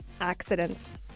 accidents